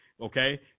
Okay